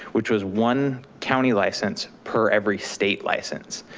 which was one county license per every state license.